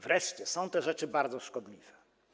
Wreszcie są te rzeczy bardzo szkodliwe.